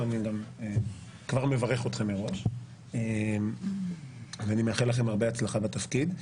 אני מברך אתכם מראש ומאחל לכם הצלחה בתפקיד.